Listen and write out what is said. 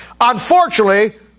Unfortunately